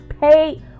pay